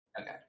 Okay